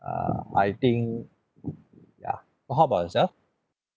err I think ya how about yourself